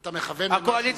אתה מכוון למשהו?